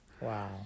Wow